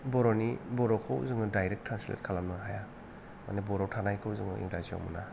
बर'खौ जोङो direct translate खालामनो हाया माने बर'आव थानायखौ जोङो इंराजियाव मोना